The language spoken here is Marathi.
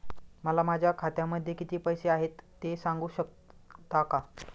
मला माझ्या खात्यामध्ये किती पैसे आहेत ते सांगू शकता का?